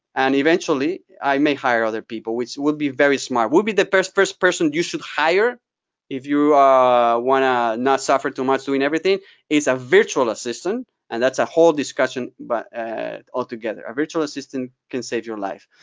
and eventually i may hire other people which will be very smart. who will be the best first person you should hire if you want to not suffer too much doing everything is a virtual assistant and that's a whole discussion but altogether. a virtual assistant can save your life.